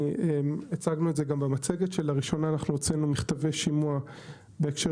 הצגנו את זה גם במצגת שלראשונה הוצאנו מכתבי שימוע בהקשר